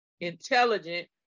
intelligent